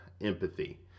empathy